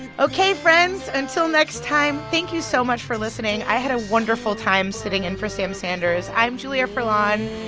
ok, friends, until next time, thank you so much for listening. i had a wonderful time sitting in for sam sanders. i'm julia furlan.